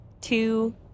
two